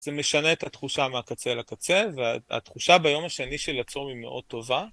זה משנה את התחושה מהקצה לקצה, והתחושה ביום השני של הצום היא מאוד טובה.